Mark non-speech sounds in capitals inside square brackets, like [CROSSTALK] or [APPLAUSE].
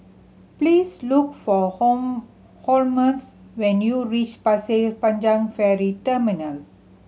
please look for [UNINTELLIGIBLE] Holmes when you reach Pasir Panjang Ferry Terminal